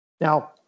Now